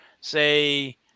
say